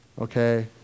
okay